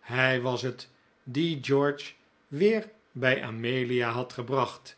hij was het die george weer bij amelia had gebracht